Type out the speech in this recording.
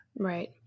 Right